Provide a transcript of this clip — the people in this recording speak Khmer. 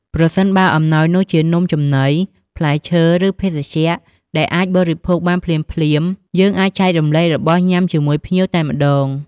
ប្រសិនបើអំណោយនោះជានំចំណី ផ្លែឈើ ឬភេសជ្ជៈដែលអាចបរិភោគបានភ្លាមៗ យើងអាចចែករំលែករបស់ញ៉ាំជាមួយភ្ញៀវតែម្តង។